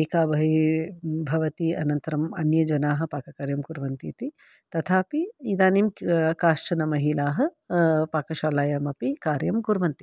एका बहिः भवति अनन्तरम् अन्यजनाः पाककार्यं कुर्वन्ति इति तथापि इदानीं काश्चन महिलाः पाकशालायाम् अपि कार्यं कुर्वन्ति